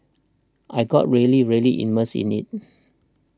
I got really really immersed in it